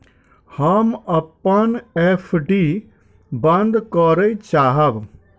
हम अपन एफ.डी बंद करय चाहब